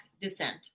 descent